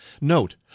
Note